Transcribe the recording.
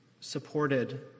supported